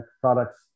products